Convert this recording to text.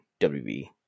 WB